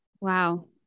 Wow